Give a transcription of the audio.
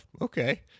okay